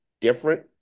different